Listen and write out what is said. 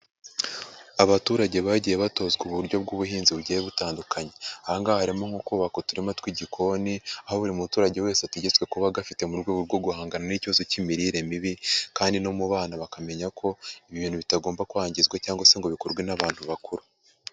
Abaturage bagiye batozwa uburyo bw'ubuhinzi bugiye butandukanye. Aha ngaha harimo nko kubaka uturima tw'igikoni, aho buri muturage wese ategetswe kuba agafite mu rwego rwo guhangana n'ikibazo cy'imirire mibi, kandi no mu bana bakamenya ko ibintu bitagomba kwangizwa cyangwa se ngo bikorwe n'abantu bakuru.